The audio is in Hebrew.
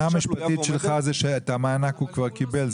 המשפטית שלך זה שאת המענק הוא כבר קיבל?